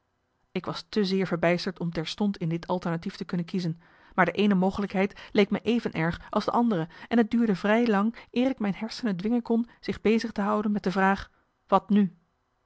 ik was te zeer verbijsterd om terstond in dit alternatief te kunnen kiezen maar de eene mogelijkheid leek me even erg als de andere en het duurde vrij lang eer ik mijn hersenen dwingen kon zich bezig te houden met de vraag wat nu